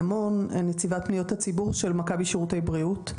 נציבת פניות הציבור של מכבי שירותי בריאות.